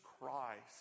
Christ